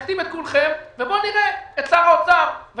כשישבתי עם שר האוצר,